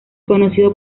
conocido